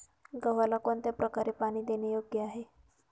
गव्हाला कोणत्या प्रकारे पाणी देणे योग्य आहे?